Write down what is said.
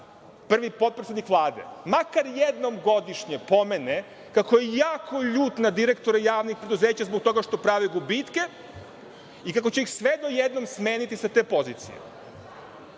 prvi potpredsednik Vlade, makar jednom godišnje pomene kako je jako ljut na direktore javnih preduzeća zbog toga što pravi gubitke i kako će ih sve do jednog smeniti sa te pozicije. Jednom